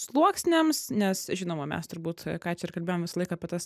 sluoksniams nes žinoma mes turbūt ką čia ir kalbėjom visąlaik apie tas